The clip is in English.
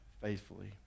faithfully